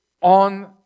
on